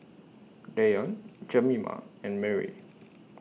Deion Jemima and Marie